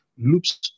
Loops